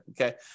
Okay